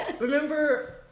remember